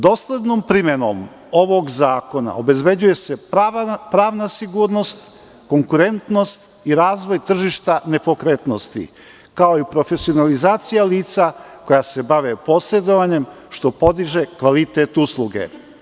Doslednom primenom ovog zakona obezbeđuje se pravna sigurnost, konkurentnost i razvoj tržišta nepokretnosti, kao i profesionalizacija lica koja se bave posredovanjem, što podiže kvalitet usluge.